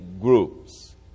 groups